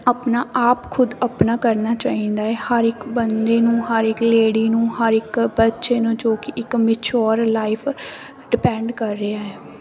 ਆਪਣਾ ਆਪ ਖੁਦ ਆਪਣਾ ਕਰਨਾ ਚਾਹੀਦਾ ਹੈ ਹਰ ਇੱਕ ਬੰਦੇ ਨੂੰ ਹਰ ਇੱਕ ਲੇਡੀ ਨੂੰ ਹਰ ਇੱਕ ਬੱਚੇ ਨੂੰ ਜੋ ਕਿ ਇੱਕ ਮਚਿਓਰ ਲਾਈਫ ਡਿਪੈਂਡ ਕਰ ਰਿਹਾ